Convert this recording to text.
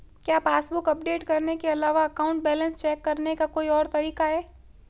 क्या passbook update करने के अलावा अकाउंट बैलेंस चेक करने का कोई और तरीका है?